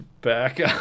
back